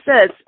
says